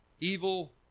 evil